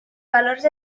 valors